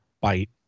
Bite